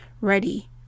ready